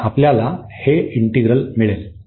आणि आपल्याला हे इंटिग्रल मिळेल